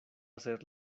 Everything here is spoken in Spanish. hacer